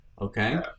Okay